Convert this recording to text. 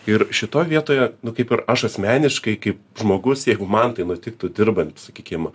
ir šitoj vietoje nu kaip ir aš asmeniškai kaip žmogus jeigu man tai nutiktų dirbant sakykim